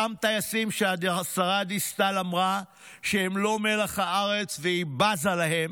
אותם טייסים שהשרה דיסטל אמרה שהם לא מלח הארץ והיא בזה להם,